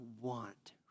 want